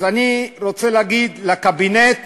אז אני רוצה להגיד לקבינט